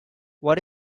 what